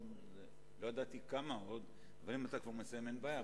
לא ידעתי כמה, אבל אם אתה כבר מסיים אין בעיה.